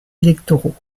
électoraux